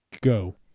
Go